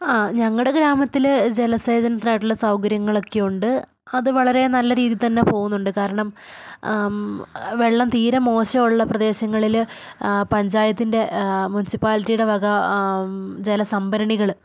ആ ഞങ്ങളുടെ ഗ്രാമത്തിൽ ജലസേചനത്തിനായിട്ടുള്ള സൗകര്യങ്ങളൊക്കെ ഉണ്ട് അത് വളരെ നല്ല രീതിയിൽ തന്നെ പോകുന്നുണ്ട് കാരണം വെള്ളം തീരെ മോശ്മുള്ള പ്രദേശങ്ങളിൽ പഞ്ചായത്തിൻ്റെ മുൻസിപ്പാലിറ്റിയുടെ വക ജലസംഭരണികൾ